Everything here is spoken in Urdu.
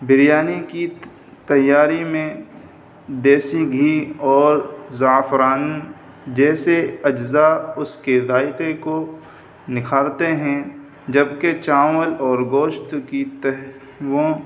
بریانی کی تیاری میں دیسی گھی اور زعفران جیسے اجزاء اس کے ذائقے کو نکھارتے ہیں جبکہ چاول اور گوشت کی تہوں